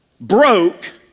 broke